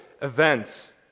events